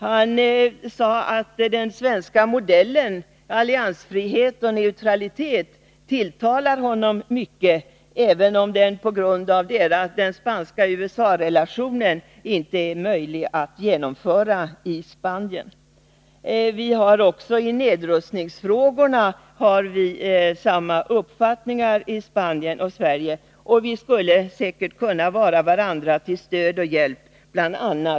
Han sade att ”den svenska modellen” — alliansfrihet och neutralitet — tilltalar honom mycket, även om den på grund av den spanska USA-relationen inte är möjlig att genomföra i Spanien. Vi har också i Spanien och i Sverige samma uppfattningar i nedrustningsfrågorna, och bl.a. där skulle vi säkert kunna vara varandra till stöd och hjälp.